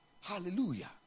Hallelujah